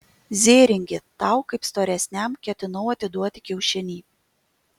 zėringi tau kaip storesniam ketinau atiduoti kiaušinį